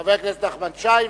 חבר הכנסת נחמן שי,